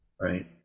Right